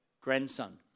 grandson